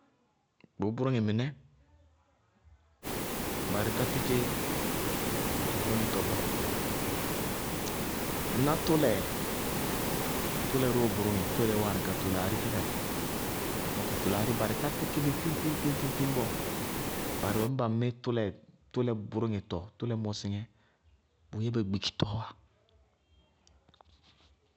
Tʋʋ bʋrʋŋɩ mɩnɛ. Barɩ tá tɩkɩ bʋ bʋrʋŋɩtɔ bɔɔ. Nná tʋlɛɛ? Tʋlɛ róo bʋrʋŋɩ, tʋlɛ wáana ka tulaarɩ fɛ katɩ. Lɔ ka tulaarɩ, bari tá tikibɩ piñpiñpiñ bɔɔ. Barɩ wɛ ñbamɩ tʋlɛ tʋlɛ bʋrʋŋɩtɔ, tʋlɛ mɔsɩŋɛ, bʋʋyɛ bɛ gbikitɔɔá.